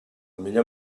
millor